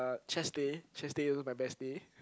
ah chest day chest day also my best day